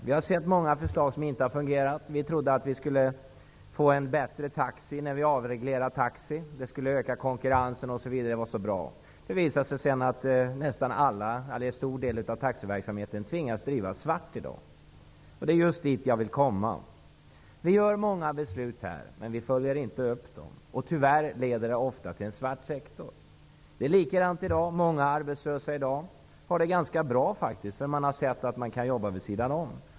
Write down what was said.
Vi har sett många förslag som inte fungerat. Vi trodde att vi skulle få en bättre taxi när vi avreglerade. Det skulle öka konkurrensen, och det skulle vara så bra. Det visade sig sedan att en stor del av taxiverksamheten måste drivas svart i dag. Det är just dit jag vill komma. Vi fattar många beslut här, men vi följer inte upp dem och tyvärr leder de ofta till en svart sektor. Många arbetslösa i dag har det ganska bra, för de har upptäckt att man kan jobba vid sidan om.